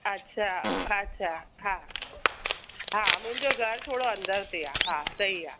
अच्छा अच्छा हा हा मुंहिंजो घरु थोरो अंदरि ते आहे हा सही आहे